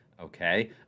Okay